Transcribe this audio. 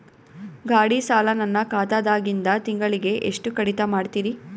ಗಾಢಿ ಸಾಲ ನನ್ನ ಖಾತಾದಾಗಿಂದ ತಿಂಗಳಿಗೆ ಎಷ್ಟು ಕಡಿತ ಮಾಡ್ತಿರಿ?